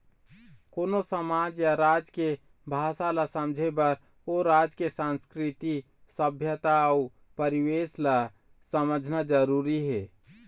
कोनो समाज या राज के भासा ल समझे बर ओ राज के संस्कृति, सभ्यता अउ परिवेस ल समझना जरुरी हे